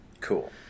Cool